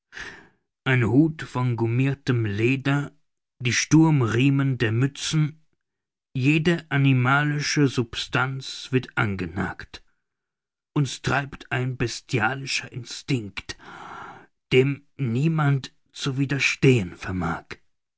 ein hut von gummirtem leder die sturmriemen der mützen jede animalische substanz wird angenagt uns treibt ein bestialischer instinct dem niemand zu widerstehen vermag